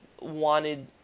wanted